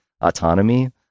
autonomy